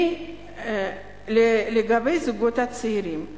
לגבי הזוגות הצעירים.